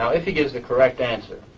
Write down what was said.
if he gives the correct answer,